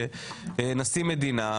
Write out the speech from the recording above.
נשיא מדינה,